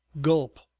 gulp!